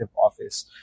office